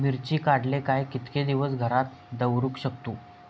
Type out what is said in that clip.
मिर्ची काडले काय कीतके दिवस घरात दवरुक शकतू?